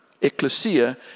ecclesia